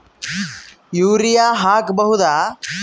Urea ಹಾಕ್ ಬಹುದ?